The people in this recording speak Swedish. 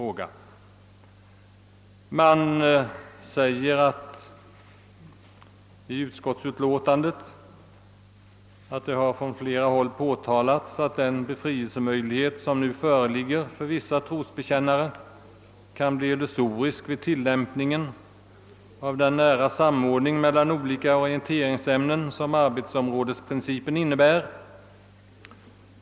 Departementschefen säger i denna fråga följande: »Det har från flera håll påtalats att den befrielsemöjlighet som nu föreligger för vissa trosbekännare kan bli illusorisk vid tillämpningen av den nära samordning mellan olika orienteringsämnen som =:arbetsområdesprincipen innebär.